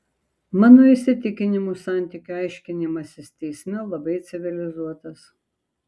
mano įsitikinimu santykių aiškinimasis teisme labai civilizuotas